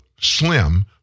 slim